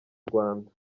rwanda